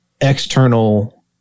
external